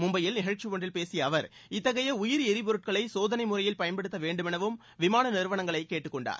மும்பையில் நிகழ்ச்சி ஒன்றில் பேசிய அவர் இத்தகைய உயிரி எரிப்பொருட்களை சோதனை முறையில் பயன்படுத்த வேண்டுமெனவும் விமான நிறுவனங்களை அவர் கேட்டுக்கொண்டார்